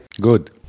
Good